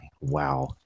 Wow